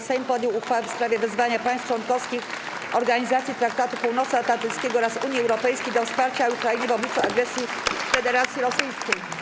Sejm podjął uchwałę w sprawie wezwania państw członkowskich Organizacji Traktatu Północnoatlantyckiego oraz Unii Europejskiej do wsparcia Ukrainy w obliczu agresji Federacji Rosyjskiej.